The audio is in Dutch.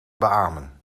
beamen